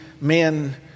men